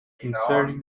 concerning